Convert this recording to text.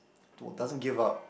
to doesn't give up